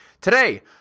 today